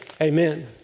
Amen